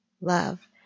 Love